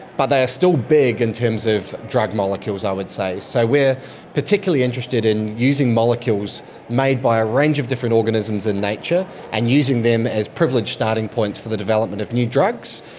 but they are still big in terms of drug molecules i would say. so we are particularly interested in using molecules made by a range of different organisms in nature and using them as privileged starting points for the development of new drugs.